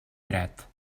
dret